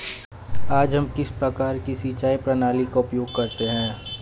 आज हम किस प्रकार की सिंचाई प्रणाली का उपयोग करते हैं?